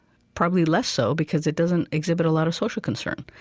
probably, less so because it doesn't exhibit a lot of social concern